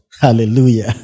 Hallelujah